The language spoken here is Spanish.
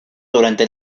durante